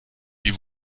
die